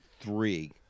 three